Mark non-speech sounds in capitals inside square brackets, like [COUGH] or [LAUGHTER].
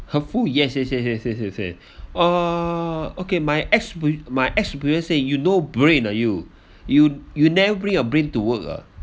harmful yes yes yes yes yes yes [BREATH] uh okay my ex su~ my ex-superior say you no brain ah you you you never bring your brain to work ah